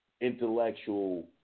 intellectual